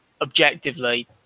objectively